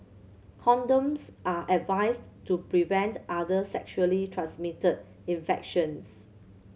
condoms are advised to prevent other sexually transmitted infections